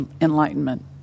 enlightenment